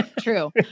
True